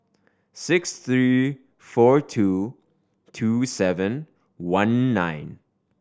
six three four two two seven one nine